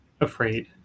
afraid